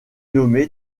nommé